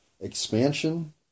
expansion